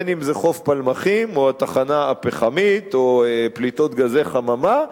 בין אם זה חוף פלמחים או התחנה הפחמית או פליטות גזי חממה,